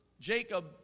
Jacob